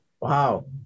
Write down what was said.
Wow